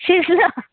शिजलं